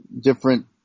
different